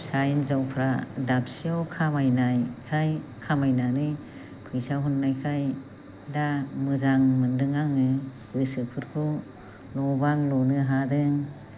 फिसा हिन्जावफोरा दाबसेयाव खामायनायखाय खामायनानै फैसा हरनायखाय दा मोजां मोनदों आङो गोसोफोरखौ न' बां लुनो हादों